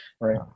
right